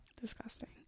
Disgusting